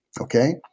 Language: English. Okay